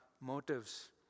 motives